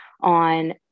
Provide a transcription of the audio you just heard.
on